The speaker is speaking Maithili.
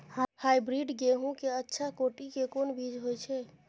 हाइब्रिड गेहूं के अच्छा कोटि के कोन बीज होय छै?